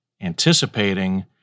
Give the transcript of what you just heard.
anticipating